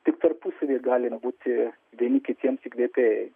tik tarpusavyje galim būti vieni kitiems įkvėpėjai